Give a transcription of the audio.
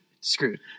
screwed